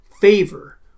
favor